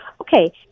okay